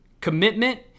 commitment